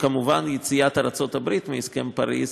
כמובן, יציאת ארצות הברית מהסכם פריז